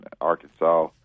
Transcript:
Arkansas